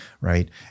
right